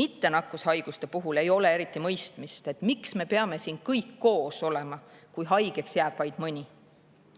Mittenakkushaiguste puhul ei ole eriti mõistmist, miks me peame siin kõik koos olema, kui haigeks jääb vaid